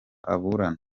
aburana